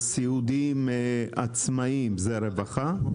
הסיעודיים עצמאיים זה רווחה,